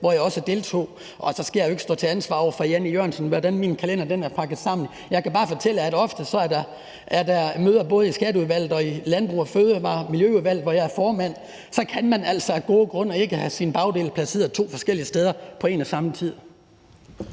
hvor jeg også deltog. Og så skal jeg jo ikke stå til ansvar over for Jan E. Jørgensen for, hvordan min kalender er sat sammen. Jeg kan bare fortælle, at ofte er der møder både i Skatteudvalget og i Miljø- og Fødevareudvalget, hvor jeg er formand. Så kan man altså af gode grunde ikke have sin bagdel placeret to forskellige steder på en og samme tid.